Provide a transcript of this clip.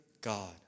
God